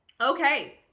Okay